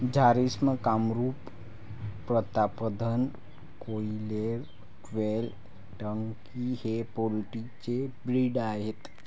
Jharsim, Kamrup, Pratapdhan, broiler, quail, turkey हे poultry चे breed आहेत